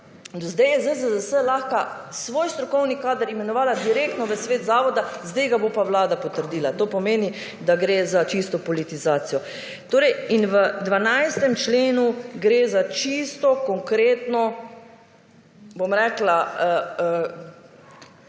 sedaj je ZZZS lahko svoj strokovni kader imenovala direktno v Svet zavoda sedaj ga bo pa Vlada potrdila. To pomeni, da gre za čisto politizacijo. V 12. členu gre za čisto konkretno bom rekla